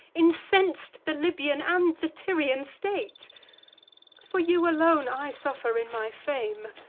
incens'd the libyan and the tyrian state for you alone i suffer in my fame,